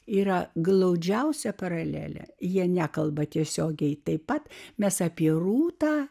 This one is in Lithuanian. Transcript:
yra glaudžiausiai paralelė jie nekalba tiesiogiai taip pat mes apie rūtą